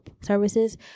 services